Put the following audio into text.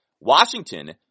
Washington